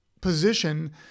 position